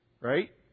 Right